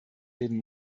reden